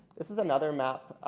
this is another map